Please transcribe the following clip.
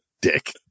Dick